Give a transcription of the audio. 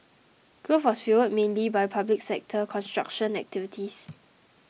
growth was fuelled mainly by public sector construction activities